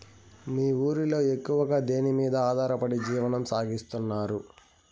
మీ ఊరిలో ఎక్కువగా దేనిమీద ఆధారపడి జీవనం సాగిస్తున్నారు?